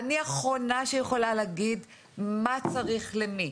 אני האחרונה שיכולה להגיד מה צריך למי.